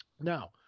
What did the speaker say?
Now